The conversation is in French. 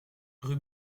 rue